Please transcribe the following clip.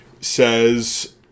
says